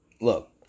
Look